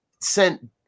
sent